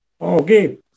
Okay